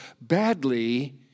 badly